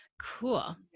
Cool